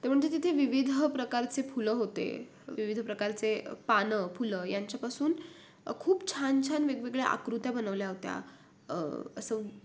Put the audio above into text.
तर म्हणजे तिथे विविध प्रकारचे फुलं होते विविध प्रकारचे पानंफुलं यांच्यापासून खूप छान छान वेगवेगळ्या आकृत्या बनवल्या होत्या असं